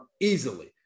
easily